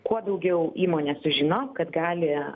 kuo daugiau įmonės sužinos kad gali